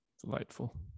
delightful